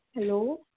hello